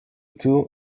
two